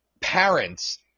parents